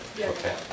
Okay